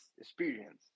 experience